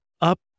up